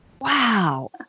Wow